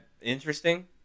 interesting